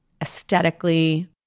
aesthetically